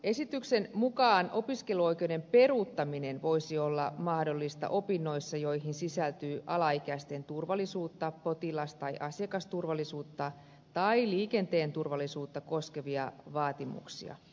esityksen mukaan opiskeluoikeuden peruuttaminen voisi olla mahdollista opinnoissa joihin sisältyy alaikäisten turvallisuutta potilas tai asiakasturvallisuutta tai liikenteen turvallisuutta koskevia vaatimuksia